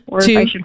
two